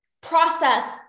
process